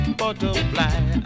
butterfly